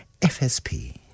FSP